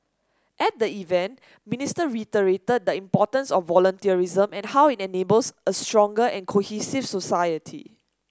at the event Minister reiterated the importance of voluntarism and how it enables a stronger and cohesive society